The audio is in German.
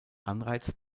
anreiz